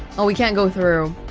oh, we can't go through.